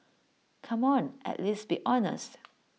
come on at least be honest